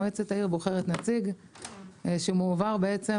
מועצת העיר בוחרת נציג שמועבר בעצם,